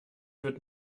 wird